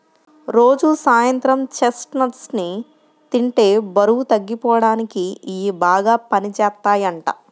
రోజూ సాయంత్రం చెస్ట్నట్స్ ని తింటే బరువు తగ్గిపోడానికి ఇయ్యి బాగా పనిజేత్తయ్యంట